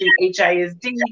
HISD